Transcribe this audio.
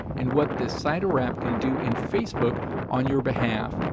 and what this site or app can do in facebook on your behalf.